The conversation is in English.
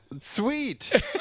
sweet